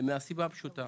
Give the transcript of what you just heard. מהסיבה הפשוטה